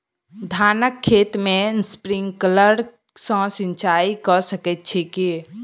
धानक खेत मे स्प्रिंकलर सँ सिंचाईं कऽ सकैत छी की?